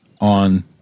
on